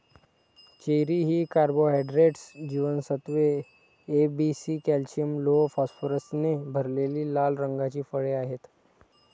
cherry ही carbohydrates, जीवनसत्त्वे A, B, C, calcium, लोह, फॉस्फरसने भरलेली लाल रंगाची फळे आहेत